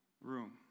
room